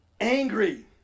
angry